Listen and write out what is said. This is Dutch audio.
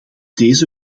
deze